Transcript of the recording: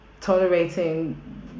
tolerating